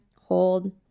hold